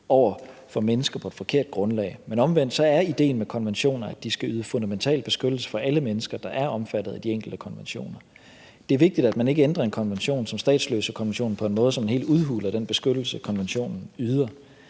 af mennesker på et forkert grundlag. Omvendt er ideen med konventioner, at de skal yde fundamental beskyttelse for alle mennesker, der er omfattet af de enkelte konventioner. Det er vigtigt, at man ikke ændrer en konvention som statsløsekonventionen på en måde, så man helt udhuler den beskyttelse, konventionen yder.